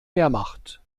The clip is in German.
wehrmacht